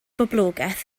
boblogaeth